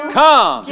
come